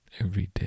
everyday